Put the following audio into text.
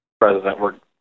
president